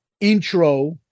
intro